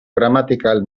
gramatikal